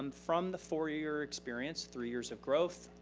um from the four year experience, three years of growth,